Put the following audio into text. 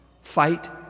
Fight